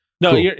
No